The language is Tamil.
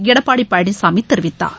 எடப்பாடி பழனிசாமி தெரிவித்தார்